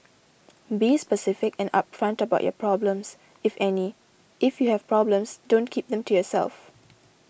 be specific and upfront about your problems if any if you have problems don't keep them to yourself